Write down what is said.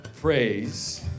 praise